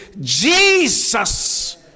Jesus